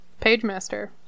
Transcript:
Pagemaster